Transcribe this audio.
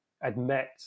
admit